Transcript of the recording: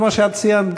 כמו שאת ציינת,